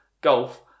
golf